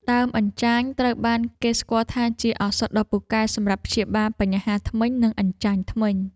ដើមអញ្ចាញត្រូវបានគេស្គាល់ថាជាឱសថដ៏ពូកែសម្រាប់ព្យាបាលបញ្ហាធ្មេញ និងអញ្ចាញធ្មេញ។